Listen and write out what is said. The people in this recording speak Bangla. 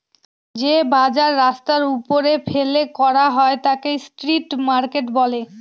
যে বাজার রাস্তার ওপরে ফেলে করা হয় তাকে স্ট্রিট মার্কেট বলে